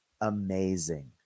amazing